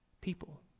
people